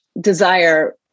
desire